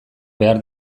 behar